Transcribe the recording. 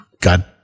God